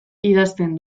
idazten